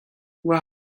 war